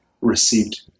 received